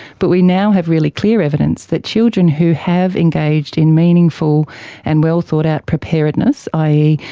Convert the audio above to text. but we now have really clear evidence that children who have engaged in meaningful and well thought out preparedness, i. e.